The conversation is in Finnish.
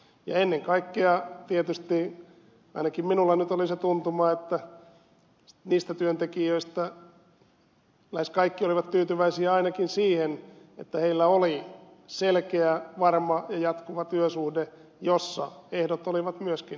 ennen kaikkea tietysti ainakin minulla nyt oli se tuntuma että niistä työntekijöistä lähes kaikki olivat tyytyväisiä ainakin siihen että heillä oli selkeä varma ja jatkuva työsuhde jossa ehdot olivat myöskin yksiselitteiset